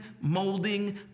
molding